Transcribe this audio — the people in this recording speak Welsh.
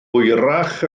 hwyrach